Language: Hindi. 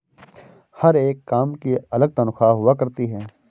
हर एक काम की अलग तन्ख्वाह हुआ करती है